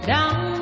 Down